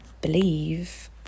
believe